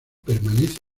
permanece